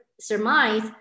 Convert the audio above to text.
surmise